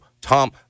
Tom